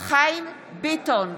חיים ביטון,